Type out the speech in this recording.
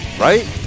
Right